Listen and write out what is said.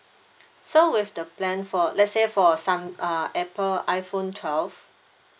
so with the plan for let's say for sam~ uh apple iphone twelve